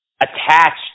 attached